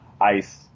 Ice